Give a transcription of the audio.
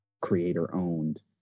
creator-owned